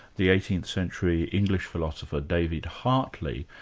the eighteenth century english philosopher, david hartley,